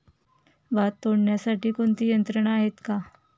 भात तोडण्यासाठी कोणती यंत्रणा आहेत का?